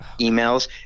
emails